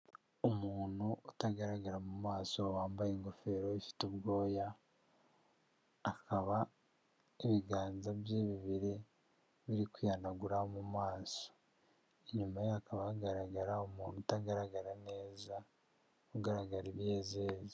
Umuntu utagaragara mu maso wambaye ingofero ifite ubwoya akaba n'ibiganza bye bibiri biri kwihanagura mu maso, inyuma hakaba hagaragara umuntu utagaragara neza ugaragara ibiyeziyezi.